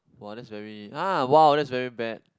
!wah! that's very ah !wow! that's very bad